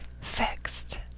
fixed